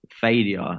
failure